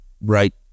Right